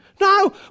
No